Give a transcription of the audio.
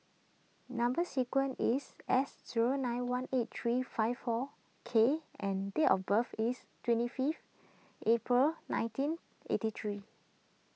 Number Sequence is S zero nine one eight three five four K and date of birth is twenty fifth April nineteen eighty three